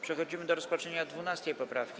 Przechodzimy do rozpatrzenia 12. poprawki.